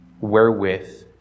wherewith